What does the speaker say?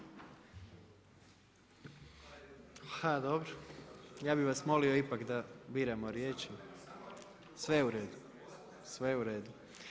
A dobro, ja bih vas molio ipak da biramo riječi… … [[Upadica se ne razumije.]] Sve je u redu, sve u redu.